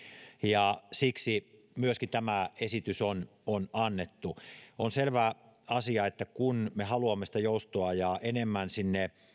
ja siksi myöskin tämä esitys on on annettu on selvä asia että me haluamme sitä joustoa ja enemmän sinne